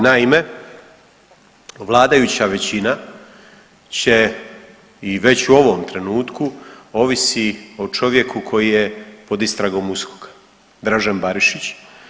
Naime, vladajuća većina će i već u ovom trenutku ovisi o čovjeku koji je pod istragom USKOK-a Dražen Barišić.